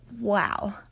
Wow